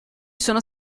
sono